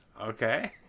Okay